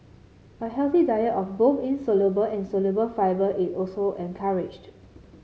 a healthy diet of both insoluble and soluble fibre is also encouraged